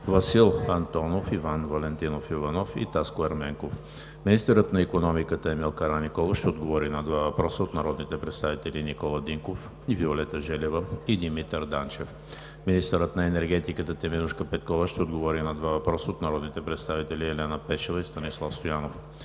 Васил Антонов, Иван Валентинов Иванов и Таско Ерменков. 5. Министърът на икономиката Емил Караниколов ще отговори на два въпроса от народните представители Никола Динков и Виолета Желева; и Димитър Данчев. 6. Министърът на енергетиката Теменужка Петкова ще отговори на два въпроса от народните представители Елена Пешева; и Станислав Стоянов.